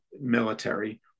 military